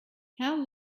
how